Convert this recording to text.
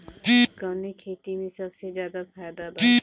कवने खेती में सबसे ज्यादा फायदा बा?